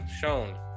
shown